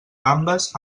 gambes